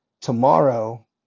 tomorrow